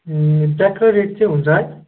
ए ट्याक्कै रेड चाहिँ हुन्छ है